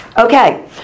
Okay